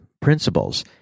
principles